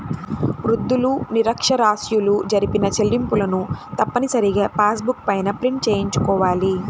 వృద్ధులు, నిరక్ష్యరాస్యులు జరిపిన చెల్లింపులను తప్పనిసరిగా పాస్ బుక్ పైన ప్రింట్ చేయించుకోవాలి